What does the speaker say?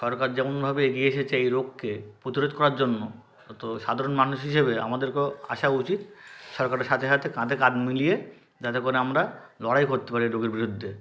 সরকার যেমনভাবে এগিয়ে এসেছে এই রোগকে প্রতিরোধ করার জন্য তো সাধারণ মানুষ হিসেবে আমাদেরকেও আসা উচিত সরকারের সাথে সাথে কাঁধে কাঁধ মিলিয়ে যাতে করে আমরা লড়াই করতে পারি এই রোগের বিরুদ্ধে